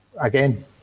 again